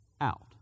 out